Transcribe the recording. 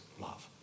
love